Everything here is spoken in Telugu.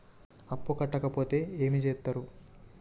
అప్పు కట్టకపోతే ఏమి చేత్తరు?